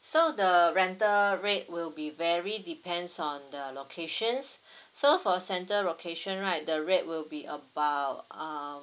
so the rental rate will be very depends on the locations so for central location right the rate will be about um